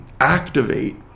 activate